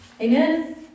Amen